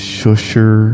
Shusher